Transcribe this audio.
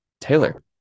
Taylor